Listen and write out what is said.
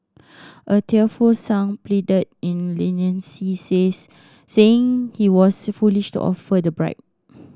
a tearful Sang pleaded in leniency says saying he was foolish to offer the bribe